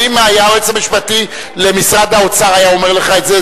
ואם היועץ המשפטי למשרד האוצר היה אומר לך את זה,